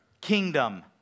kingdom